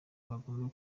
abagome